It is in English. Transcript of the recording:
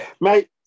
mate